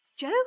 Joe